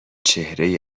چهره